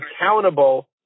accountable